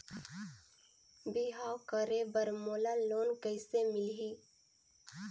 बिहाव करे बर मोला लोन कइसे मिलही?